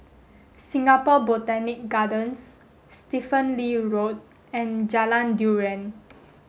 Singapore Botanic Gardens Stephen Lee Road and Jalan durian